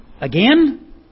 again